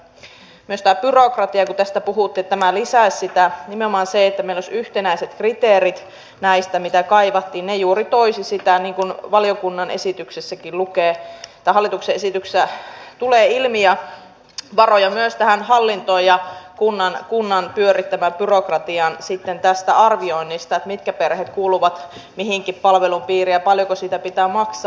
mitä tulee myös tähän byrokratiaan kun tästä puhuttiin että tämä lisäisi sitä niin nimenomaan se että meillä olisi yhtenäiset kriteerit näistä mitä kaivattiin juuri toisi niin kuin valiokunnan esityksessäkin lukee tai hallituksen esityksestä tulee ilmi varoja myös tähän hallintoon ja kunnan pyörittämään byrokratiaan sitten tästä arvioinnista että mitkä perheet kuuluvat minkäkin palvelun piiriin ja paljonko siitä pitää maksaa